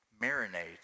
marinate